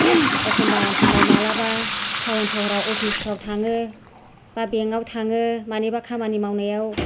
एखमब्ला समाव माब्लाबा टाउन सहराव अफिसफ्राव थाङो बा बेंकाव थाङो मानिबा खामानि मावनायाव